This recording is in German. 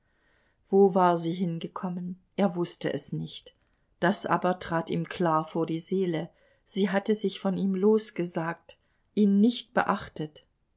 wo war sie hingekommen er wußte es nicht das aber trat ihm klar vor die seele sie hatte sich von ihm losgesagt ihn nicht beachtet